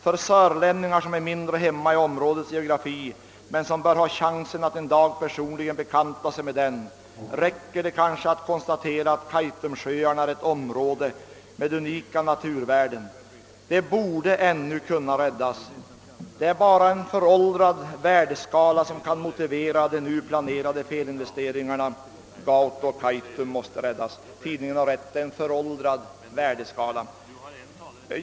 För sörlänningar, som är mindre hemma i områdets geografi men som bör ha chansen att en dag personligen bekanta sig med den, räcker det kanske att konstatera, att Kaitumsjöarna är ett område med unika naturvärden. De borde ännu kunna räddas. Det är bara en föråldrad värdeskala, som kan motivera de nu planerade felinvesteringarna. Gauto och Kaitum måste räddas.» Tidningen har rätt. Det är en föråldrad värdeskala.